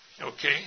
Okay